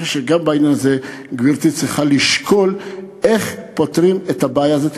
אני חושב שבעניין הזה גברתי צריכה גם לשקול איך פותרים את הבעיה הזאת,